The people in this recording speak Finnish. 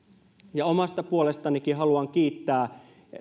omasta puolestanikin haluan kiittää